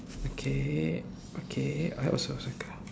okay okay I also circle